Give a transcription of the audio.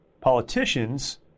politicians